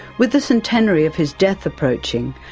with the centenary of his death approaching,